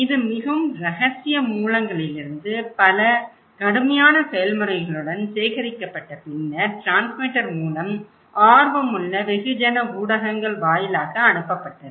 இது மிகவும் ரகசிய மூலங்களிலிருந்து பல கடுமையான செயல்முறைகளுடன் சேகரிக்கப்பட்ட பின்னர் டிரான்ஸ்மிட்டர் மூலம் ஆர்வமுள்ள வெகுஜன ஊடகங்கள் வாயிலாக அனுப்பப்பட்டது